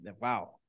wow